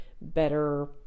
better